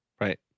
Right